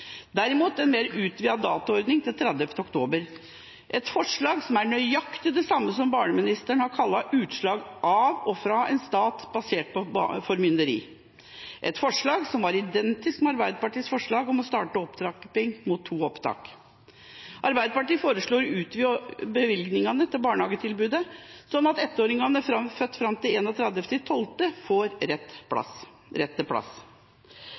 derimot en mer utvidet datoordning til 30. oktober – et forslag som er nøyaktig det samme som barneministeren har kalt utslag av en stat basert på formynderi; et forslag som var identisk med Arbeiderpartiets forslag om å starte opptrapping mot to opptak. Arbeiderpartiet foreslår å utvide bevilgningene til barnehagetilbudet, slik at ettåringer født fram til 31. desember, får rett til plass.